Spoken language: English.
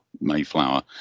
Mayflower